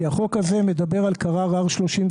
כי החוק הזה מדבר על קרר R32,